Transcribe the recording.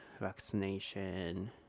vaccination